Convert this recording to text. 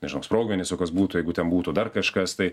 nežinau sprogmenys o kas būtų jeigu ten būtų dar kažkas tai